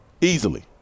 easily